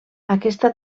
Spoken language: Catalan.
aquesta